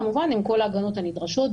כמובן עם כל ההגנות הנדרשות,